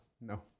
no